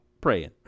praying